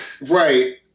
right